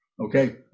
okay